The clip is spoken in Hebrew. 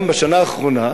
גם בשנה האחרונה,